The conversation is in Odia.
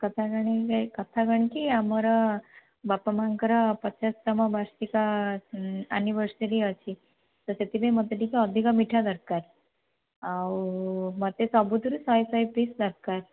କଥା କ'ଣ କି କଥା କ'ଣ କି ଆମର ବାପା ମାଆଙ୍କର ପଚାଶ ତମ ବାର୍ଷିକ ଆନିଭର୍ସରୀ ଅଛି ତ ସେଥିପାଇଁ ମୋତେ ଟିକିଏ ଅଧିକା ମିଠା ଦରକାର ଆଉ ମୋତେ ସବୁଥିରୁ ଶହେ ଶହେ ପିସ୍ ଦରକାର